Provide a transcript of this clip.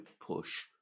push